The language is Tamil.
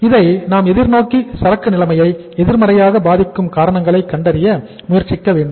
இதை நாம் எதிர்நோக்கி சரக்கு நிலைமையை எதிர்மறையாக பாதிக்கும் காரணங்களை கண்டறிய முயற்சிக்க வேண்டும்